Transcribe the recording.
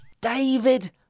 David